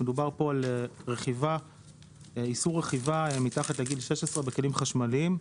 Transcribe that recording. מדובר פה על איסור רכיבה מתחת לגיל 16 בכלים חשמליים.